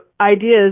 ideas